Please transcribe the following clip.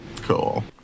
Cool